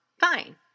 fine